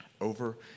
over